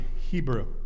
Hebrew